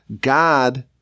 God